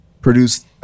produced